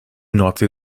nordsee